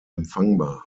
empfangbar